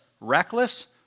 reckless